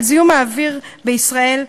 על זיהום האוויר בישראל,